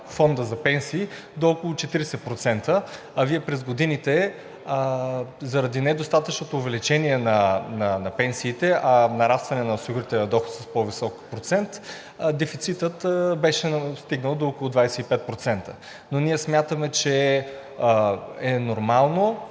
Фонда за пенсии до около 40%, а Вие през годините заради недостатъчното увеличение на пенсиите, нарастване на осигурителния доход с по-висок процент, дефицитът беше стигнал до около 25%. Ние смятаме, че е нормално